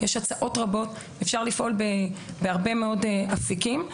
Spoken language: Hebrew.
יש הצעות רבות ואפשר לפעול בהרבה מאוד אפיקים.